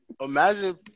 Imagine